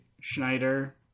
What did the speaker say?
Schneider